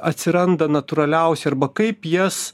atsiranda natūraliausia arba kaip jas